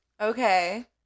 Okay